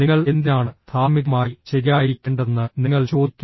നിങ്ങൾ എന്തിനാണ് ധാർമ്മികമായി ശരിയായിരിക്കേണ്ടതെന്ന് നിങ്ങൾ ചോദിക്കും